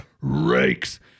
Rakes